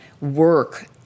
work